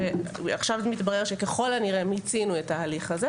עכשיו מתברר שככל הנראה מיצינו את ההליך הזה,